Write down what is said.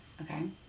Okay